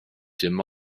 dim